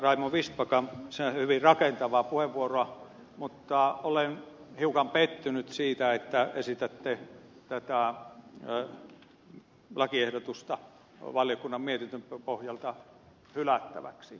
raimo vistbackan sinänsä hyvin rakentavaa puheenvuoroa mutta olen hiukan pettynyt siitä että esitätte tätä lakiehdotusta valiokunnan mietinnön pohjalta hylättäväksi